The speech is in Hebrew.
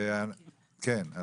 צריך לציין את זה,